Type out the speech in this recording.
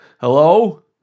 Hello